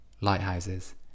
lighthouses